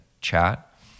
chat